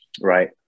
right